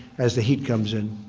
as the heat comes in.